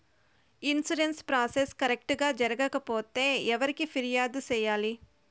insurance process correct గా జరగకపోతే ఎవరికి ఫిర్యాదు సేయాలి